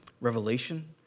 revelation